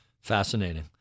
Fascinating